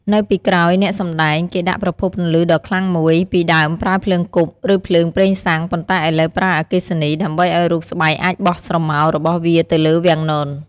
នៅពីក្រោយអ្នកសម្តែង គេដាក់ប្រភពពន្លឺដ៏ខ្លាំងមួយ ពីដើមប្រើភ្លើងគប់ ឬភ្លើងប្រេងសាំង ប៉ុន្តែឥឡូវប្រើអគ្គិសនី ដើម្បីឱ្យរូបស្បែកអាចបោះស្រមោលរបស់វាទៅលើវាំងនន។